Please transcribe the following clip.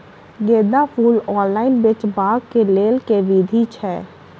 गेंदा फूल ऑनलाइन बेचबाक केँ लेल केँ विधि छैय?